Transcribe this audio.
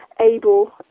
able